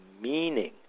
meaning